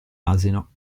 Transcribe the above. asino